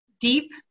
deep